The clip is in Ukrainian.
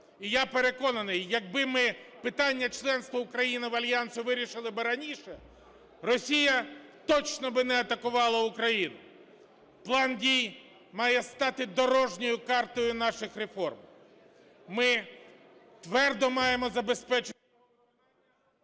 І я переконаний, якби ми питання членства України в Альянсі вирішили би раніше, Росія точно би не атакувала Україну. План дій має стати дорожньою картою наших реформ. Ми твердо маємо забезпечити…